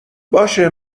باشه